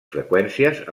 freqüències